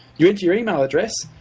you enter your email address,